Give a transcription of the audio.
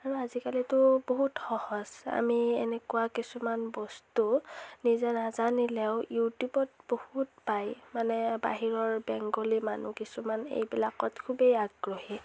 আৰু আজিকালিতো বহুত সহজ আমি এনেকুৱা কিছুমান বস্তু নিজে নাজানিলেও ইউটিউবত বহুত পায় মানে বাহিৰৰ বেংগলী মানুহ কিছুমান এইবিলাকত খুবেই আগ্ৰহী